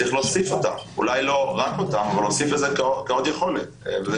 צריך להוסיף אותן אולי לא רק אותן אבל להוסיף כעוד יכולת וזה